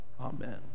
Amen